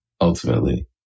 ultimately